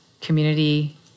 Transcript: community